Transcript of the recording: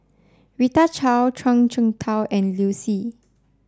Rita Chao Zhuang Shengtao and Liu Si